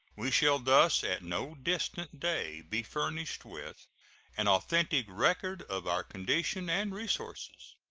we shall thus at no distant day be furnished with an authentic record of our condition and resources.